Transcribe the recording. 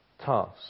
task